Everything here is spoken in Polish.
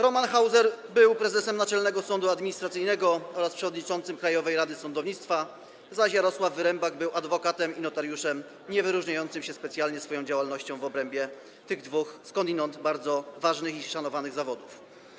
Roman Hauser był prezesem Naczelnego Sądu Administracyjnego oraz przewodniczącym Krajowej Rady Sądownictwa, zaś Jarosław Wyrembak był adwokatem i notariuszem niewyróżniającym się specjalnie swoją działalnością w obrębie tych dwóch, skądinąd bardzo ważnych i szanowanych, zawodów.